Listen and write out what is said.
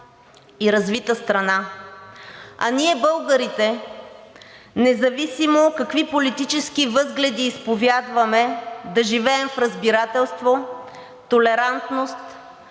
и развита страна. А ние, българите, независимо какви политически възгледи изповядваме, да живеем в разбирателство, толерантност,